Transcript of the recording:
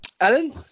Alan